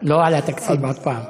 לא על התקציב עוד פעם.